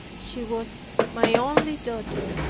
she was my only daughter,